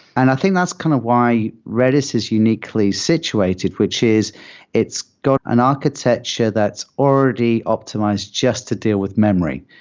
and i think that's kind of why redis is uniquely situated, which is it's got an architecture that's already optimized just to deal with memory.